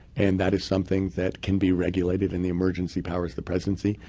and that is something that can be regulated in the emergency powers the presidency.